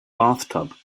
bathtub